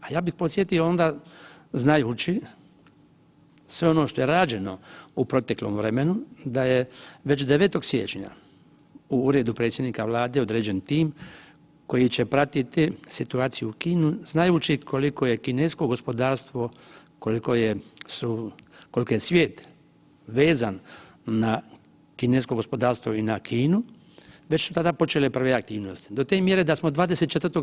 A ja bih podsjetio onda znajući sve ono što je rađeno u proteklom vremenu da je već 9. siječnja u Uredu predsjednika Vlade određen tim koji će pratiti situaciju u Kini znajući koliko je kinesko gospodarstvo, koliko je svije vezan na kinesko gospodarstvo i na Kinu već tada počele prve aktivnosti, do te mjere da smo 24.